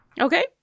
Okay